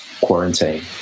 quarantine